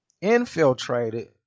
infiltrated